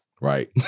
right